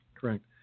Correct